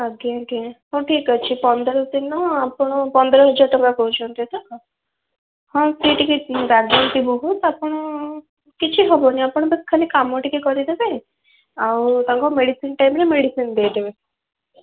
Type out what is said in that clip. ଆଜ୍ଞା ଆଜ୍ଞା ହଉ ଠିକ୍ ଅଛି ପନ୍ଦର ଦିନ ଆପଣ ପନ୍ଦର ହଜାର ଟଙ୍କା କହୁଛନ୍ତି ତ ହଁ ସେ ଟିକେ ବହୁତ ଆପଣ କିଛି ହେବନି ଆପଣ ତ ଖାଲି କାମ ଟିକେ କରିଦେବେ ଆଉ ତାଙ୍କ ମେଡ଼ିସିନ୍ ଟାଇମ୍ରେ ମେଡ଼ିସିନ୍ ଦେଇଦେବେ